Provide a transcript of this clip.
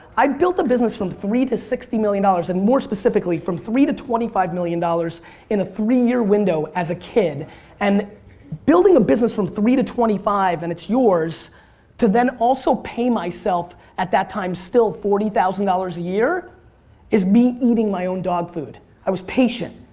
i built a business from three to sixty million dollars and more specifically from three to twenty five million dollars and a three-year window as a kid and building a business from three to twenty five and it's yours to then also pay myself at that time still forty thousand dollars a year is me eating my own dog food. i was patient.